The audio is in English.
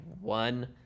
one